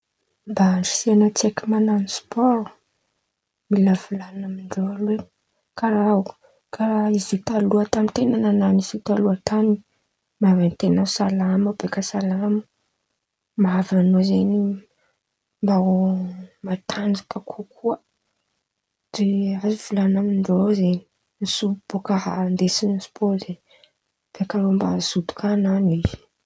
Mba andirisihin̈a tsaiky man̈ao spaoro, mila volanin̈a amindreo aloha oe karàha karàha izy io taloha tan̈y ten̈a nan̈ano izy io taloha tan̈y manaten̈a salama beka salama mahavy an̈ao zen̈y mba ho matanjaka kokoa de volanin̈a amindreo zen̈y ny soa bôka azo andesin̈y spaoro in̈y beka irô koa hazoto anan̈o izy.